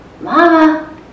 Mama